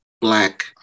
Black